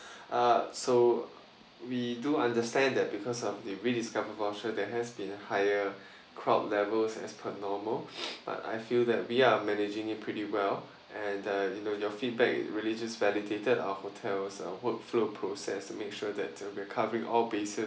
uh so we do understand that because of the rediscover voucher there has been a higher crowd levels as per normal but I feel that we are managing it pretty well and uh you know your feedback really just validated our hotel's workflow process to make sure that we're covering all bases